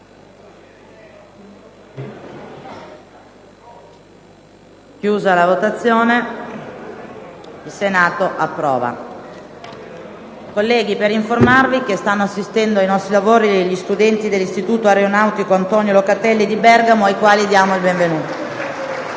una nuova finestra"). Colleghi, vi informo che stanno assistendo ai nostri lavori gli studenti dell'Istituto aeronautico «Antonio Locatelli» di Bergamo, ai quali diamo il benvenuto.